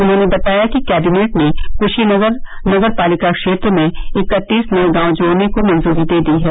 उन्होंने बताया कि कैबिनेट ने कुशीनगर नगर पालिका क्षेत्र में इकत्तीस नये गांव जोड़ने को मंजूरी दे दी है